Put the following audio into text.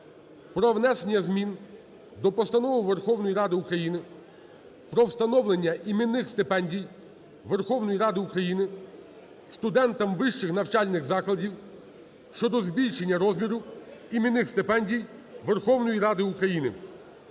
про внесення змін до Постанови Верховної Ради України "Про встановлення іменних стипендій Верховної Ради України студентам вищих навчальних закладів" щодо збільшення розміру іменних стипендій Верховної Ради України,